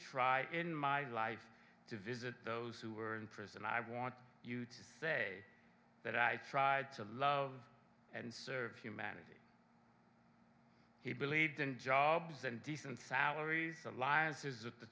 try in my life to visit those who are in prison i want you to say that i tried to love and serve humanity he believes in jobs and decent salaries alliances with the